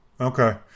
Okay